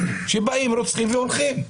שבאים רוצחים והולכים.